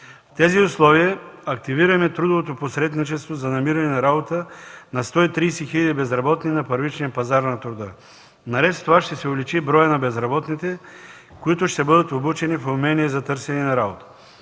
тези условия активираме трудовото посредничество за намиране на работа на 130 безработни на първичния пазар на труда. Наред с това ще се увеличи и броят на безработните, които ще бъдат обучени в умения за търсене на работа.